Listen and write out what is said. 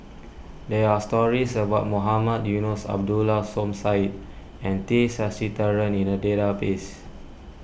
there are stories about Mohamed Eunos Abdullah Som Said and T Sasitharan in the database